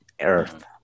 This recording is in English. Earth